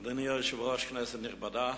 אדוני היושב-ראש, כנסת נכבדה,